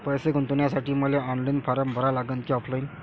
पैसे गुंतन्यासाठी मले ऑनलाईन फारम भरा लागन की ऑफलाईन?